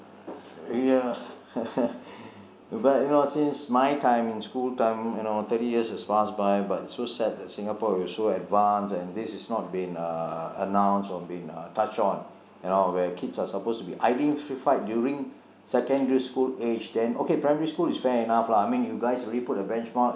ya but you know since my time in school time you know thirty years has passed by but so sad that singapore we are so advanced and this has not been uh announced or been uh touched on you know where kids are supposed to be identified during secondary school age then okay primary school is fair enough lah I mean you guys already put a benchmark